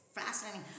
fascinating